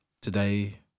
Today